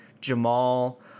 jamal